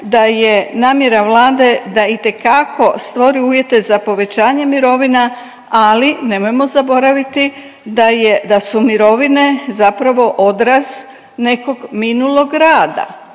da je namjera Vlade da itekako stvori uvjete za povećanje mirovina, ali nemojmo zaboraviti da je, da su mirovine zapravo odraz nekog minulog rada